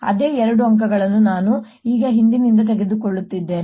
ಅದೇ ಎರಡು ಅಂಕಗಳನ್ನು ನಾನು ಈಗ ಹಿಂದಿನಿಂದ ತೆಗೆದುಕೊಳ್ಳುತ್ತಿದ್ದೇನೆ